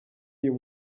uyu